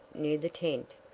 near the tent,